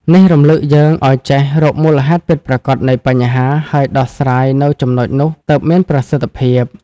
នេះរំលឹកយើងឲ្យចេះ រកមូលហេតុពិតប្រាកដ នៃបញ្ហា ហើយដោះស្រាយនៅចំចំណុចនោះ ទើបមានប្រសិទ្ធភាព។